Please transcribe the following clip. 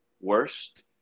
Worst